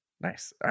Nice